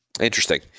Interesting